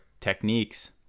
techniques